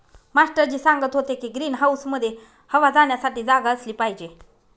master ji सांगत होते की ग्रीन हाऊसमध्ये हवा जाण्यासाठी जागा असली पाहिजे